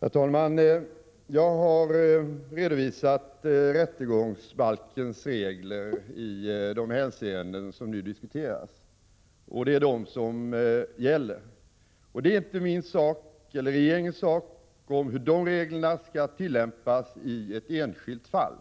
Herr talman! Jag har redovisat rättegångsbalkens regler i de hänseenden som nu diskuteras. Det är dessa regler som gäller. Det är inte min eller regeringens sak att tala om hur dessa regler skall tillämpas i ett enskilt fall.